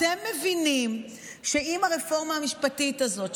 אתם מבינים שהרפורמה המשפטית הזאת,